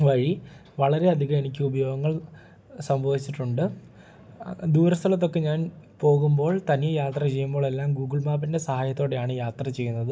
വഴി വളരെ അധികം എനിക്ക് ഉപയോഗങ്ങൾ സംഭവിച്ചിട്ടുണ്ട് ദൂര സ്ഥലത്തൊക്കെ ഞാൻ പോകുമ്പോൾ തനിയെ യാത്ര ചെയ്യുമ്പോൾ എല്ലാം ഗൂഗിൾ മാപ്പിൻ്റെ സഹായത്തോടെയാണ് യാത്ര ചെയ്യുന്നത്